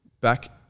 back